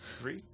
Three